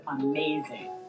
amazing